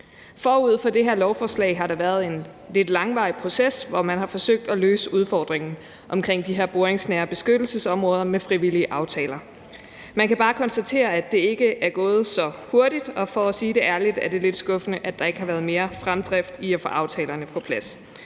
Forud for det her lovforslag har der været en lidt langvarig proces, hvor man har forsøgt at løse udfordringen omkring de her boringsnære beskyttelsesområder med frivillige aftaler. Man kan bare konstatere, at det ikke er gået så hurtigt, og for at sige det ærligt er det lidt skuffende, at der ikke har været mere fremdrift i at få aftalerne på plads.